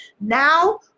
now